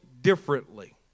differently